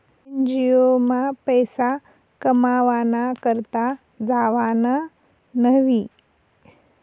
NGO मा पैसा कमावाना करता जावानं न्हयी